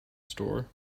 store